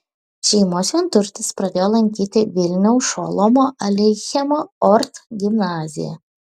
šeimos vienturtis pradėjo lankyti vilniaus šolomo aleichemo ort gimnaziją